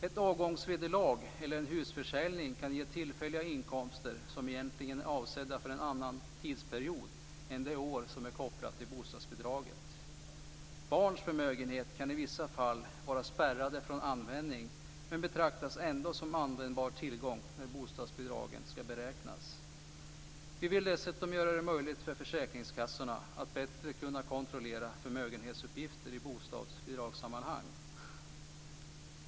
Ett avgångsvederlag eller en husförsäljning kan ge tillfälliga inkomster som egentligen är avsedda för en annan tidsperiod än det år som är kopplat till bostadsbidraget. Barns förmögenhet kan i vissa fall vara spärrade från användning, men betraktas ändå som användbar tillgång när bostadsbidragen ska beräknas. Vi vill dessutom göra det möjligt för försäkringskassorna att bättre kontrollera förmögenhetsuppgifter i bostadsbidragssammanhang.